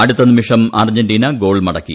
അടുത്ത നിമിഷം Argentina goal മടക്കി